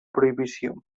prohibició